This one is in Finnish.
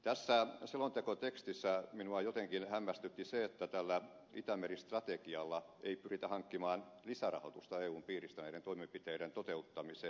tässä selontekotekstissä minua jotenkin hämmästytti se että tällä itämeri strategialla ei pyritä hankkimaan lisärahoitusta eun piiristä näiden toimenpiteiden toteuttamiseen